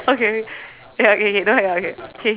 okay okay ya okay okay don't hang up okay okay